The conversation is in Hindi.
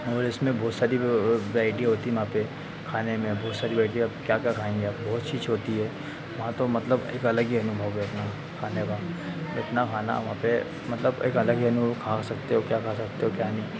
और इसमें बहुत सारी वैरायटी होती है मापे खाने में बहुत सारी ब्राइटी अब क्या क्या खाएंगे आप बहुत चीज होती है वहां तो मतलब एक अलग ही अनुभव है अपना खाने का जितना खाना वहां पे मतलब एक अलग ही खा सकते हो क्या खा सकते हो क्या नहीं